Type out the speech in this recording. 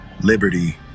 liberty